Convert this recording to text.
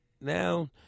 Now